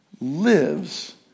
lives